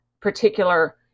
particular